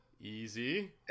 Easy